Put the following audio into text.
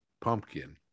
pumpkin